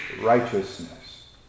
righteousness